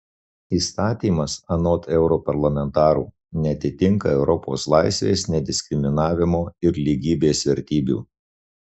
įstatymas anot europarlamentarų neatitinka europos laisvės nediskriminavimo ir lygybės vertybių